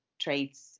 traits